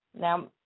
now